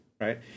right